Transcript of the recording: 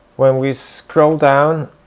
when we scroll down,